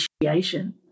initiation